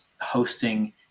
hosting